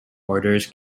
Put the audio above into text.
orders